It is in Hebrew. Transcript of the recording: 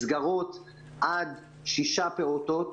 מסגרות עד שישה פעוטות